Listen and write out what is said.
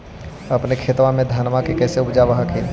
अपने खेतबा मे धन्मा के कैसे उपजाब हखिन?